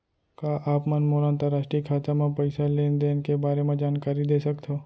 का आप मन मोला अंतरराष्ट्रीय खाता म पइसा लेन देन के बारे म जानकारी दे सकथव?